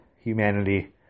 humanity